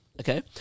Okay